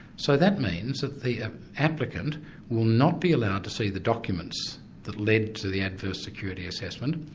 so that means that the applicant will not be allowed to see the documents that led to the adverse security assessment,